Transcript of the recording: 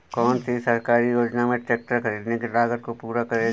कौन सी सरकारी योजना मेरे ट्रैक्टर ख़रीदने की लागत को पूरा करेगी?